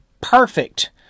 perfect